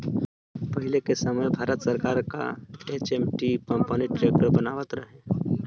पहिले के समय भारत सरकार कअ एच.एम.टी कंपनी ट्रैक्टर बनावत रहे